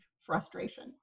frustration